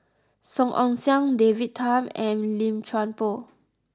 Song Ong Siang David Tham and Lim Chuan Poh